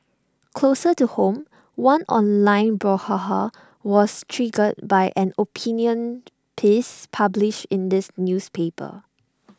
closer to home one online brouhaha was triggered by an opinion piece published in this newspaper